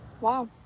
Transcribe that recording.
Wow